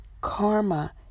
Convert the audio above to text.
karma